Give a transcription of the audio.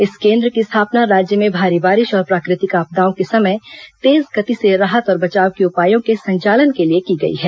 इस केंद्र की स्थापना राज्य में भारी बारिश और प्राकृतिक आपदाओं के समय तेज गति से राहत और बचाव के उपायों के संचालन के लिए की गई है